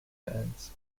fans